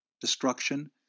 Destruction